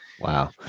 Wow